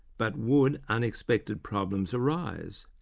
but would unexpected problems arise,